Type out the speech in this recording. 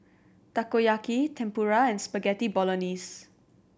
Takoyaki Tempura and Spaghetti Bolognese